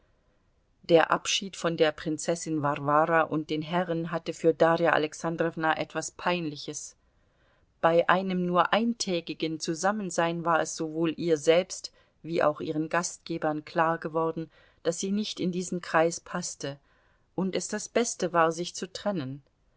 der abschied von der prinzessin warwara und den herren hatte für darja alexandrowna etwas peinliches bei einem nur eintägigen zusammensein war es sowohl ihr selbst wie auch ihren gastgebern klargeworden daß sie nicht in diesen kreis paßte und es das beste war sich zu trennen